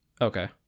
Okay